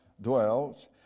dwells